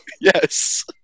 Yes